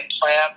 plan